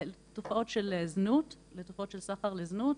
הכוונה לתופעות של סחר לזנות,